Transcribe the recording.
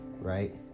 right